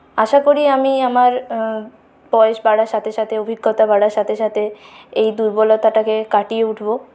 আশা করি আমি আমার বয়েস বাড়ার সাথে সাথে অভিজ্ঞতা বাড়ার সাথে সাথে এই দুর্বলতাটাকে কাটিয়ে উঠবো